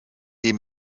dem